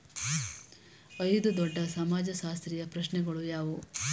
ಐದು ದೊಡ್ಡ ಸಮಾಜಶಾಸ್ತ್ರೀಯ ಪ್ರಶ್ನೆಗಳು ಯಾವುವು?